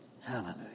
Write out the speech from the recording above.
Hallelujah